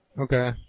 Okay